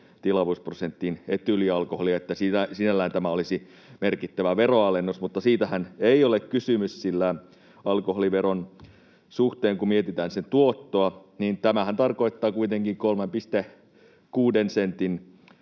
tilavuusprosenttiin etyylialkoholia, että sinällään tämä olisi merkittävä veronalennus. Mutta siitähän ei ole kysymys, sillä alkoholiveron suhteen kun mietitään sen tuottoa, tämähän tarkoittaa kuitenkin 3,6 sentin